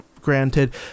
Granted